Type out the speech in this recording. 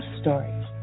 Stories